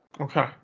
Okay